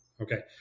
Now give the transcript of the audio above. Okay